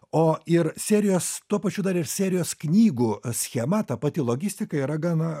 o ir serijos tuo pačiu dar ir serijos knygų schema ta pati logistika yra gana